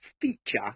feature